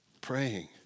Praying